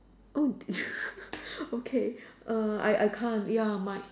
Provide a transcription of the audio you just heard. oh okay err I I can't ya my